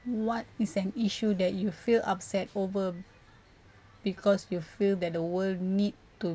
what is an issue that you feel upset over because you feel that the world will need to